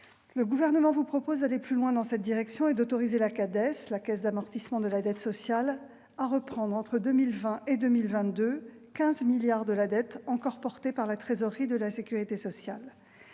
Le Gouvernement vous propose d'aller plus loin dans cette direction et d'autoriser la CADES, la Caisse d'amortissement de la dette sociale, à reprendre, entre 2020 et 2022, 15 milliards d'euros de la dette encore portée par la trésorerie de la sécurité sociale.